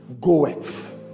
goeth